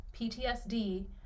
PTSD